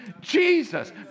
Jesus